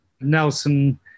Nelson